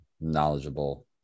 knowledgeable